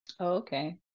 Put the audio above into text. okay